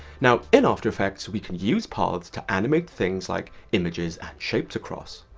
now, in after effects, we can use paths to animate things like images and shaped across.